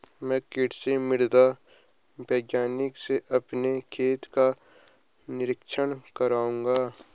मैं कृषि मृदा वैज्ञानिक से अपने खेत का निरीक्षण कराऊंगा